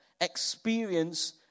experience